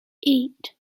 eight